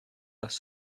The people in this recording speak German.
das